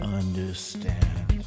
understand